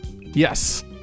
Yes